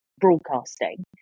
broadcasting